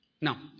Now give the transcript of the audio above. Now